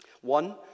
One